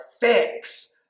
fix